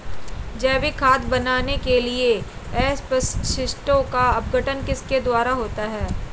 जैविक खाद बनाने के लिए अपशिष्टों का अपघटन किसके द्वारा होता है?